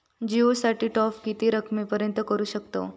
जिओ साठी टॉप किती रकमेपर्यंत करू शकतव?